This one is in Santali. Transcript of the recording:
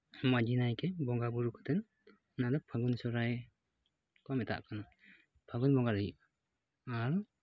ᱢᱟᱺᱡᱷᱤ ᱱᱟᱭᱠᱮ ᱵᱚᱸᱜᱟᱼᱵᱩᱨᱩ ᱠᱟᱛᱮᱫ ᱚᱱᱟᱫᱚ ᱯᱷᱟᱹᱜᱩᱱ ᱥᱚᱦᱨᱟᱭ ᱠᱚ ᱢᱮᱛᱟᱜ ᱠᱟᱱᱟ ᱯᱷᱟᱹᱜᱩᱱ ᱵᱚᱸᱜᱟ ᱞᱟᱹᱜᱤᱫ ᱟᱨ